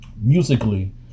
musically